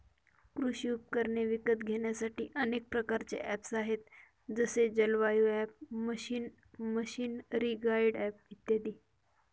कृषी उपकरणे विकत घेण्यासाठी अनेक प्रकारचे ऍप्स आहेत जसे जलवायु ॲप, मशीनरीगाईड इत्यादी